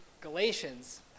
galatians